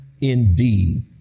indeed